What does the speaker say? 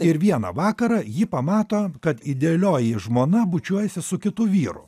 ir vieną vakarą ji pamato kad idealioji žmona bučiuojasi su kitu vyru